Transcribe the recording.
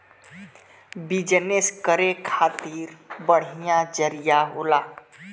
business करे खातिर बढ़िया जरिया होला